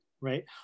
right